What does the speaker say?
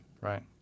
right